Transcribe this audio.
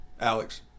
Alex